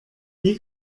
wie